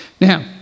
Now